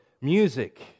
music